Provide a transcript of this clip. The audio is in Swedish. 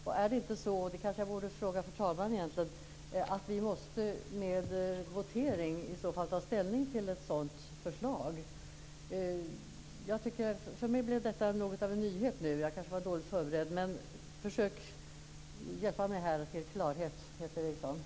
Och är det inte så - det borde jag kanske fråga fru talmannen egentligen - att vi i så fall genom votering måste ta ställning till ett sådant förslag? För mig är detta något av en nyhet. Jag var kanske dåligt förberedd, men försök att hjälpa mig till klarhet, Peter Eriksson!